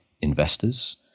investors